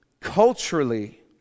culturally